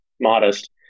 modest